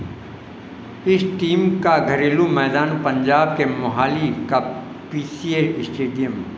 इस टीम का घरेलू मैदान पंजाब के मोहाली का पी सी ए स्टेडियम है